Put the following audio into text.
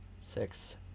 six